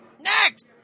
Next